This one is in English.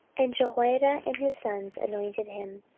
and jehoiada and his sons anointed him,